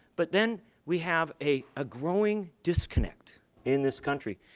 but then we have a ah growing disconnect in this country.